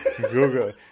Google